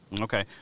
Okay